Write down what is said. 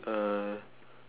uh